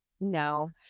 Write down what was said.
No